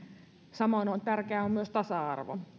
samoin on tärkeää myös tasa arvo